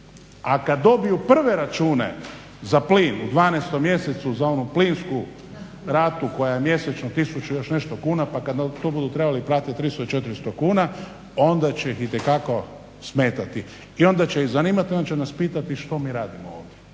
A kad dobiju prve račune za plin u 12 mjesecu za onu plinsku ratu koja je mjesečno 1000 i još nešto kuna, pa kad to budu trebali platiti 300, 400 kuna onda će ih itekako smetati i onda će ih zanimati. Onda će nas pitati što mi radimo ovdje.